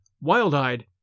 wild-eyed